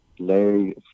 Larry